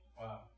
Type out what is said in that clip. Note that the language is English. Wow